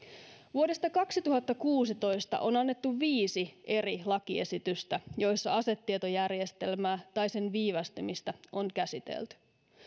vuodesta kaksituhattakuusitoista on annettu viisi eri lakiesitystä joissa asetietojärjestelmää tai sen viivästymistä on käsitelty